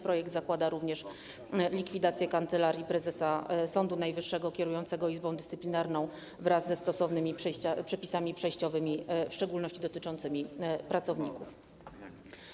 Projekt zakłada również likwidację Kancelarii Prezesa Sądu Najwyższego kierującego Izbą Dyscyplinarną wraz ze stosownymi przepisami przejściowymi, w szczególności dotyczącymi pracowników.